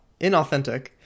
inauthentic